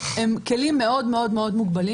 הם כלים מאוד מוגבלים.